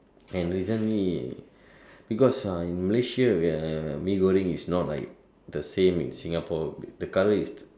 and recently because uh in Malaysia we are Mee-Goreng is not like the same in Singapore the color is